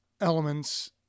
elements